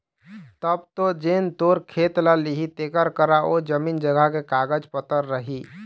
तब तो जेन तोर खेत ल लिही तेखर करा ओ जमीन जघा के कागज पतर रही